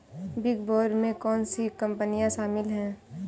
Big four में कौन सी कंपनियाँ शामिल हैं?